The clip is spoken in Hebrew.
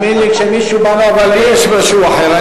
אבל יש משהו אחר.